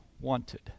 wanted